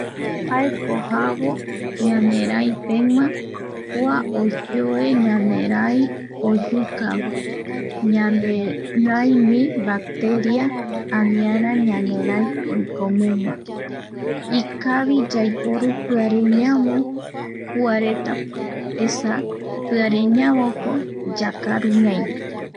Jaeko javo ñanerai pegua, kua oyoe ñanerai oyuka, ñane raigui bacteria aniara ñanerai oikomegua ikavi yaiporu piareña kuareta, esa piateñavoko yakaru ñai